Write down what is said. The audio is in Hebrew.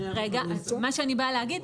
מה שאני באה להגיד,